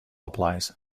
applies